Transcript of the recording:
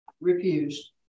refused